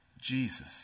Jesus